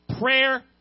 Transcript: Prayer